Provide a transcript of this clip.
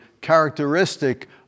characteristic